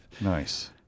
Nice